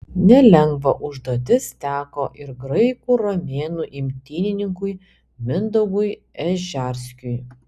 nelengva užduotis teko ir graikų romėnų imtynininkui mindaugui ežerskiui